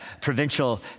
provincial